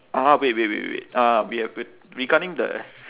ah wait wait wait wait uh we have regarding the